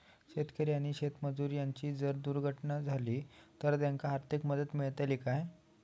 शेतकरी आणि शेतमजूर यांची जर दुर्घटना झाली तर त्यांका आर्थिक मदत मिळतली काय?